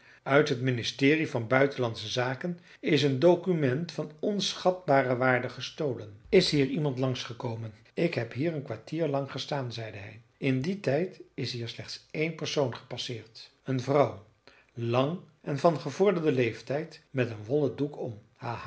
uit het ministerie van buitenlandsche zaken is een document van onschatbare waarde gestolen is hier iemand langs gekomen ik heb hier een kwartier lang gestaan zeide hij in dien tijd is hier slechts één persoon gepasseerd een vrouw lang en van gevorderden leeftijd met een wollen doek om